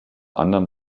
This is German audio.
anderem